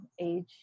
age